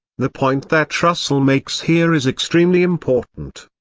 the point that russell makes here is extremely important.